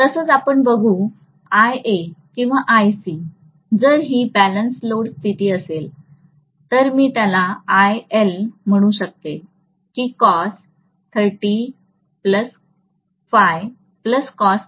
तसचआपण बघू किंवा जर ही बॅलन्स लोड स्थिती असेल तर मी त्याला IL म्हणू शकते की असेल